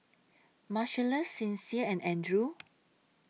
Marcellus Sincere and Andrew